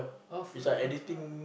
oh photographer